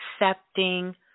accepting